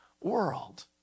world